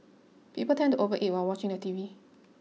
people tend to overeat while watching the T V